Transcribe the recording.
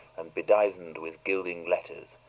and bedizened with gilded lettering,